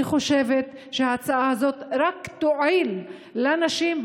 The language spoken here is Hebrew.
אני חושבת שההצעה הזאת רק תועיל לנשים,